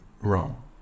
wrong